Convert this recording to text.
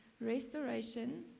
restoration